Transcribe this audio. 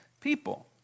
people